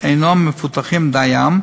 אינם מפותחים דיים,